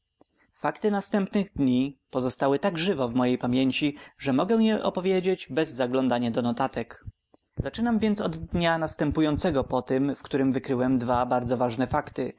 fakty następnych dni pozostały tak żywo w mojej pamięci że mogę je opowiedzieć bez zaglądania do notatek zaczynam więc od dnia następującego po tym w którym wykryłem dwa bardzo ważne fakty